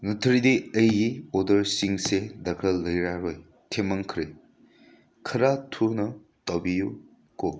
ꯅꯠꯇ꯭ꯔꯗꯤ ꯑꯩꯒꯤ ꯑꯣꯗꯔꯁꯤꯡꯁꯦ ꯗꯔꯀꯥꯔ ꯂꯩꯔꯔꯣꯏ ꯊꯦꯡꯃꯟꯈ꯭ꯔꯦ ꯈꯔ ꯊꯨꯅ ꯇꯧꯕꯤꯌꯨ ꯀꯣ